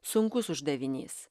sunkus uždavinys